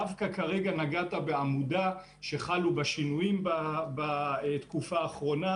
דווקא כרגע נגעת בעמודה שחלו בה שינויים בתקופה האחרונה,